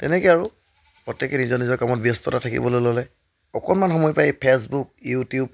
তেনেকে আৰু প্ৰত্যেকে নিজৰ নিজৰ কামত ব্যস্ততা থাকিবলৈ ল'লে অকণমান সময় পায় ফেচবুক ইউটিউব